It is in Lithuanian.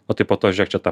o tai po to žiūrėk čia ta